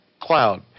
cloud